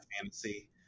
fantasy